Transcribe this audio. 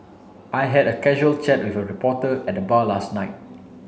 I had a casual chat with a reporter at the bar last night